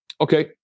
Okay